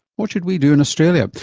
what should we do in australia?